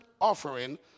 offering